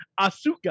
asuka